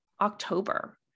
October